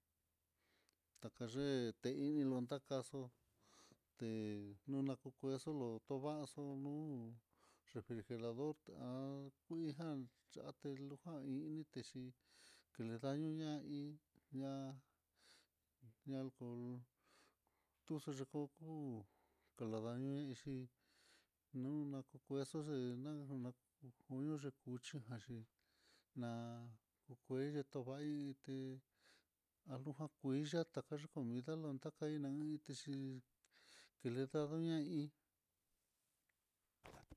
Takaye tehílonta kaxo te kuno kukoxolo, tunguaxu nu'ú refri or ta'a´kuijan xa'a telujan hí, initexhi kinilonña hí ña ñakol tuye yukukul, kaladaño ixhi nuná kuexo xé nana kuño de cuchi janxhi na'a kukuexhi tovaité alujan kui yata kayukun takai nanitexhi kiledoiña hí.